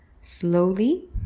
slowly